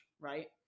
right